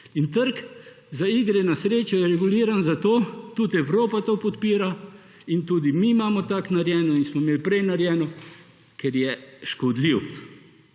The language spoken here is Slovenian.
Trg za igre na srečo je reguliran zato – tudi Evropa to podpira in tudi mi imamo tako narejeno in smo imeli prej narejeno – ker je škodljiv,